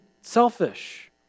selfish